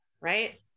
right